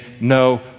no